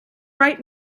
right